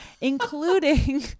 including